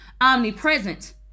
omnipresent